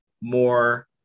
more